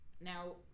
Now